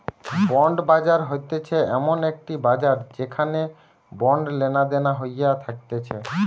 bond বাজার হতিছে এমন একটি বাজার যেখানে বন্ড লেনাদেনা হইয়া থাকতিছে